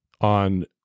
on